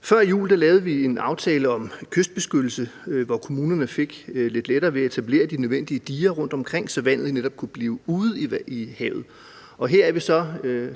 Før jul lavede vi en aftale om kystbeskyttelse, hvor kommunerne fik lidt lettere ved at etablere de nødvendige diger rundtomkring, så vandet netop kunne blive ude i havet. Og her er vi så,